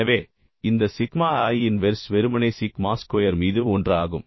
எனவே இந்த sigma i inverse வெறுமனே சிக்மா ஸ்கொயர் மீது 1 ஆகும்